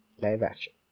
Live-action